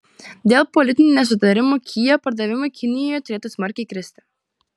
dėl politinių nesutarimų kia pardavimai kinijoje turėtų smarkiai kristi